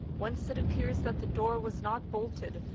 whence it appears that the door was not bolted,